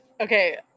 Okay